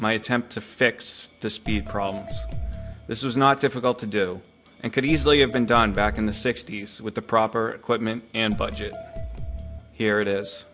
my attempt to fix the speed problem this is not difficult to do and could easily have been done back in the sixty's with the proper equipment and budget here it is